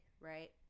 right